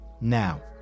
Now